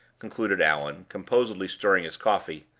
concluded allan, composedly stirring his coffee,